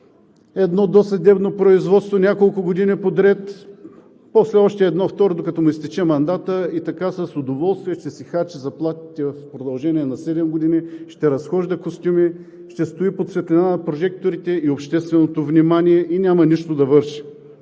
едно досъдебно производство няколко години подред, после едно, второ – докато му изтече мандатът, и така с удоволствие ще си харчи заплатите в продължение на седем години, ще разхожда костюми, ще стои под светлината на прожекторите и общественото внимание и няма нищо да върши,